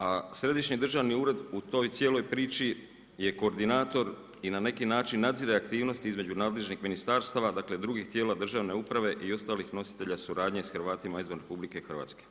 A središnji državni ured u toj cijeloj priči je koordinator i na neki način nadzire aktivnosti između nadležnih ministarstva dakle, drugih tijela državne uprave i ostalih nositelja suradnje s Hrvatima izvan RH.